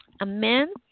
Amen